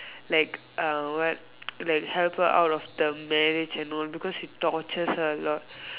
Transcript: like uh what like help her out of the marriage and all because he tortures her a lot